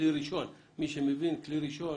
מי שמבין, כלי ראשון